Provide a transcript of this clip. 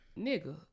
Nigga